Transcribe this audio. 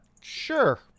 Sure